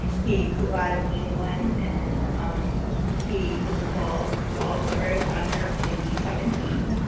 he flew out of england, and he was ball ball turret gunner on a b seventeen.